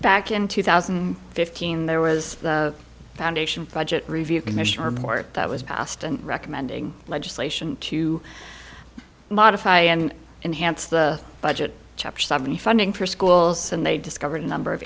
back in two thousand and fifteen there was a foundation budget review commission report that was passed and recommending legislation to modify and enhance the budget chapter seven funding for schools and they discovered a number of